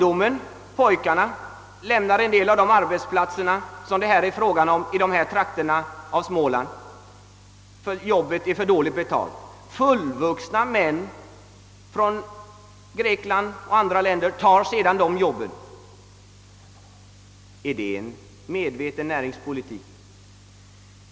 Våra unga pojkar lämnar en del av arbetsplatserna i dessa smålandstrak ter, eftersom arbetet är för dåligt betalt. Fullvuxna män från Grekland och andra länder tar sedan dessa arbeten. Är det en medveten näringspolitik?